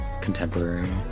contemporary